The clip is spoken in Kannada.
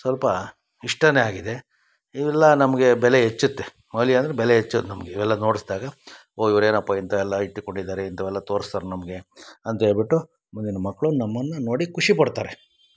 ಸ್ವಲ್ಪ ಇಷ್ಟನೇ ಆಗಿದೆ ಇವೆಲ್ಲ ನಮಗೆ ಬೆಲೆ ಹೆಚ್ಚುತ್ತೆ ಮೌಲ್ಯ ಅಂದರೆ ಬೆಲೆ ಹೆಚ್ಚೋದ್ ನಮಗೆ ಇವೆಲ್ಲಾ ನೋಡಿಸ್ದಾಗ ಓ ಇವ್ರು ಏನಪ್ಪಾ ಇಂಥವೆಲ್ಲಾ ಇಟ್ಟುಕೊಂಡಿದ್ದಾರೆ ಇಂಥವೆಲ್ಲ ತೋರ್ಸ್ತಾರೆ ನಮಗೆ ಅಂತ ಹೇಳ್ಬಿಟ್ಟು ಮುಂದಿನ ಮಕ್ಕಳು ನಮ್ಮನ್ನು ನೋಡಿ ಖುಷಿಪಡ್ತಾರೆ